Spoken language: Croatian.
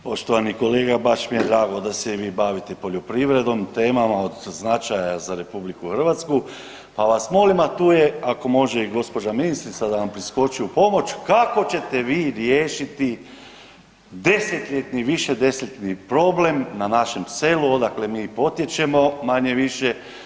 Poštovani kolega, baš mi je drago da se i vi bavite poljoprivredom temama od značaja za RH, pa vas molim, a tu je ako može i gospođa ministrica da vam priskoči u pomoć, kako ćete vi riješiti desetljetni, više desetljetni problem na našem selu odakle mi potječemo manje-više.